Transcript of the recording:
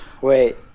Wait